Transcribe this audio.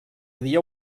dia